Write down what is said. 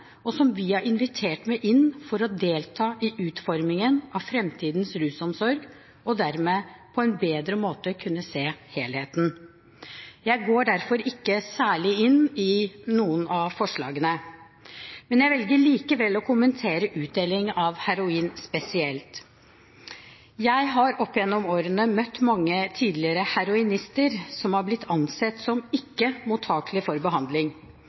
og som vi har invitert med inn for å delta i utformingen av framtidens rusomsorg, for dermed på en bedre måte å kunne se helheten. Jeg går derfor ikke særlig inn i noen av forslagene. Jeg velger likevel å kommentere utdeling av heroin spesielt. Jeg har opp igjennom årene møtt mange tidligere heroinister som har blitt ansett som ikke mottakelig for behandling.